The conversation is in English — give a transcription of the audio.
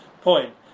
point